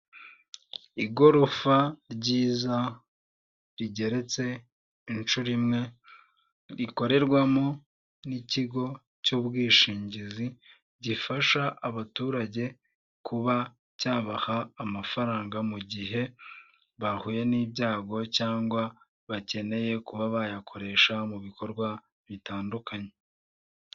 Igorofa ryiza, rigeretse inshuro imwe, rikorerwamo n'ikigo cy'ubwishingizi gifasha abaturage kuba cyabaha amafaranga mu gihe bahuye n'ibyago, cyangwa bakeneye kuba bayakoresha mu bikorwa bitandukanye.